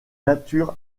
nature